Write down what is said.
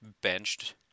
benched